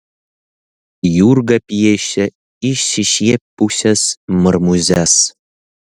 jurga piešia išsišiepusias marmūzes